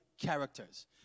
characters